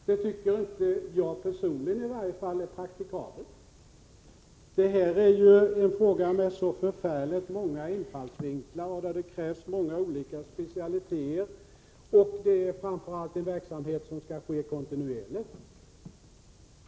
Det tycker i varje fall inte jag personligen är praktikabelt. Det här är ju en fråga med så förfärligt många infallsvinklar, där det krävs många olika specialiteter. Och en sådan kartläggning är framför allt en verksamhet som skall ske kontinuerligt.